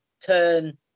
turn